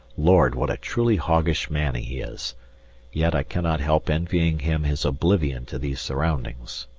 lord! what a truly hoggish man he is yet i cannot help envying him his oblivion to these surroundings.